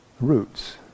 Roots